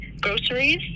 groceries